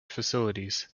faculties